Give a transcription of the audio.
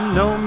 no